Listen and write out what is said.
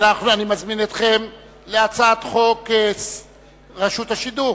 אני מזמין אתכם להצעת חוק רשות השידור